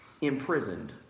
imprisoned